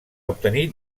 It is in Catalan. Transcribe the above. obtenir